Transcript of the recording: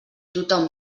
tothom